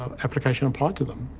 um application applied to them.